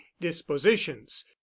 dispositions